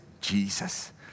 Jesus